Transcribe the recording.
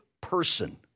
person